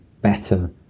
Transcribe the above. better